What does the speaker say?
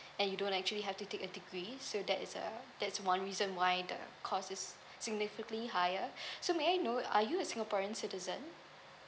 and you don't actually have to take a degree so that is uh that's one reason why the cost is significantly higher so may I know are you singaporeans citizen